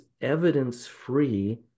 evidence-free